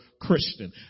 Christian